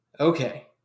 Okay